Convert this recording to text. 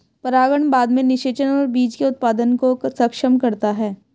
परागण बाद में निषेचन और बीज के उत्पादन को सक्षम करता है